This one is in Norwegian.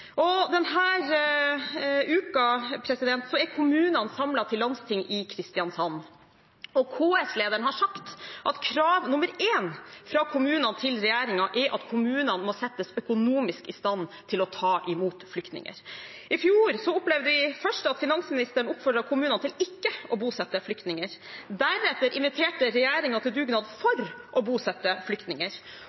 er kommunene samlet til landsting i Kristiansand, og KS-lederen har sagt at krav nr. én fra kommunene til regjeringen er at kommunene må settes økonomisk i stand til å ta imot flyktninger. I fjor opplevde vi først at finansministeren oppfordret kommunene til ikke å bosette flyktninger. Deretter inviterte regjeringen til dugnad for å bosette flyktninger,